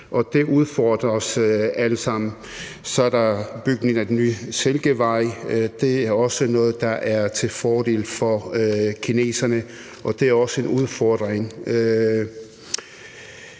det udfordrer os alle sammen. Så er der bygningen af den nye Silkevej, og det er også noget, der er til fordel for kineserne, og det er også en udfordring.